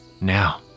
Now